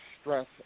stress